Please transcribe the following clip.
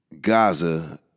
Gaza